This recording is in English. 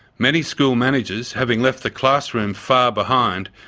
many school managers, having left the classroom far behind,